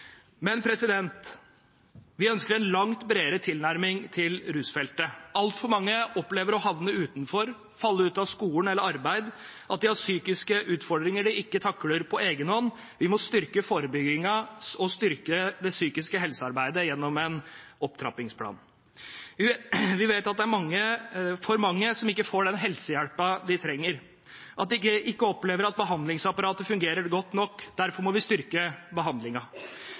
Men vi ønsker en langt bredere tilnærming til rusfeltet. Altfor mange opplever å havne utenfor, falle ut av skole eller arbeid, at de har psykiske utfordringer de ikke takler på egen hånd. Vi må styrke forebyggingen og styrke det psykiske helsearbeidet gjennom en opptrappingsplan. Vi vet at det er for mange som ikke får den helsehjelpen de trenger, at de ikke opplever at behandlingsapparatet fungerer godt nok. Derfor må vi styrke